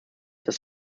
das